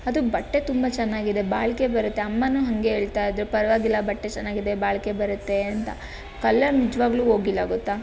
ಅದು ಬಟ್ಟೆ ತುಂಬ ಚೆನ್ನಾಗಿದೆ ಬಾಳಿಕೆ ಬರುತ್ತೆ ಅಮ್ಮನೂ ಹಾಗೆ ಹೇಳ್ತಾ ಇದ್ದರು ಪರವಾಗಿಲ್ಲ ಬಟ್ಟೆ ಚೆನ್ನಾಗಿದೆ ಬಾಳಿಕೆ ಬರುತ್ತೆ ಅಂತ ಕಲ್ಲರ್ ನಿಜವಾಗಲೂ ಹೋಗಿಲ್ಲ ಗೊತ್ತಾ